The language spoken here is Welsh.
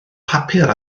papur